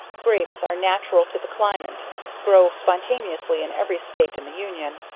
grapes, are natural to the climate grow spontaneously in every state in the union,